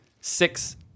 six